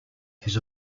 his